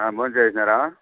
భోం చేసినారా